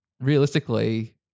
realistically